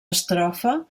estrofa